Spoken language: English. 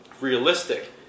realistic